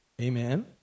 Amen